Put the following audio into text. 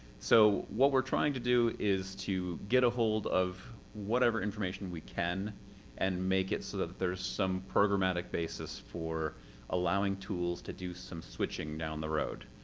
so what we're trying to do is to get ahold of whatever information we can and make it so that there's some programmatic basis for allowing tools to do some switching down the road.